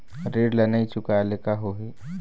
ऋण ला नई चुकाए ले का होही?